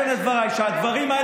אז אני מתקן את דבריי: שהדברים האלה